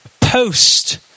Post